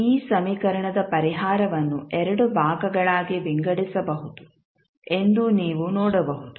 ಈ ಸಮೀಕರಣದ ಪರಿಹಾರವನ್ನು ಎರಡು ಭಾಗಗಳಾಗಿ ವಿಂಗಡಿಸಬಹುದು ಎಂದು ನೀವು ನೋಡಬಹುದು